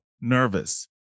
nervous